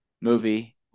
movie